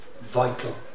vital